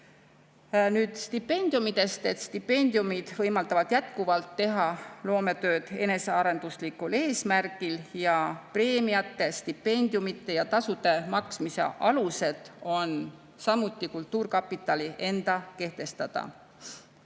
Nüüd stipendiumidest. Stipendiumid võimaldavad jätkuvalt teha loometööd enesearenduslikul eesmärgil. Preemiate, stipendiumide ja tasude maksmise alused on samuti kultuurkapitali enda kehtestada.